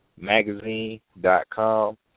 magazine.com